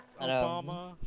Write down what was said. Obama